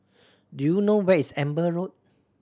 do you know where is Amber Road